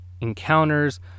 encounters